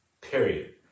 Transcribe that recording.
period